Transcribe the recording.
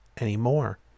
anymore